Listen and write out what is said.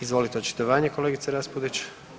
Izvolite očitovanje kolegice Raspudić.